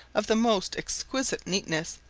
of the most exquisite neatness,